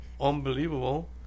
unbelievable